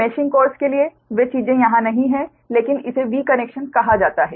meshing course के लिए वे चीजें यहां नहीं हैं लेकिन इसे V कनेक्शन कहा जाता है